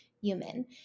human